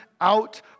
out